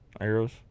arrows